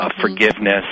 forgiveness